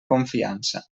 confiança